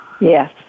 Yes